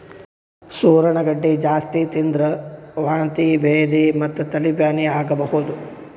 ಸೂರಣ ಗಡ್ಡಿ ಜಾಸ್ತಿ ತಿಂದ್ರ್ ವಾಂತಿ ಭೇದಿ ಮತ್ತ್ ತಲಿ ಬ್ಯಾನಿ ಆಗಬಹುದ್